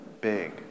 big